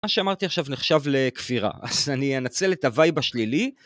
מה שאמרתי עכשיו נחשב לכפירה, אז אני אנצל את הווייב השלילי